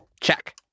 Check